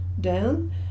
down